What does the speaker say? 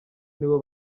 nibo